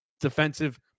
defensive